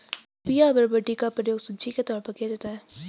लोबिया या बरबटी का प्रयोग सब्जी के तौर पर किया जाता है